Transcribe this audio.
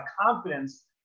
confidence